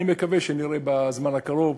אני מקווה שנראה בזמן הקרוב,